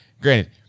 Granted